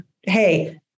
hey